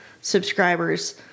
subscribers